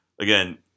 again –